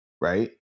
right